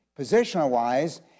positional-wise